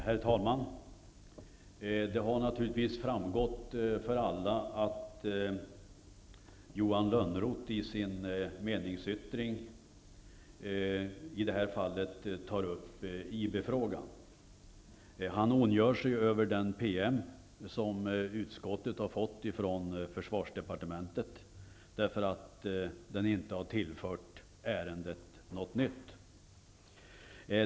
Herr talman! Det har naturligtvis framgått för alla att Johan Lönnroth i sin meningsyttring tar upp IB frågan. Han ondgör sig över den PM som utskottet har fått från försvarsdepartementet. Han anser att den inte har tillfört ärendet någonting nytt.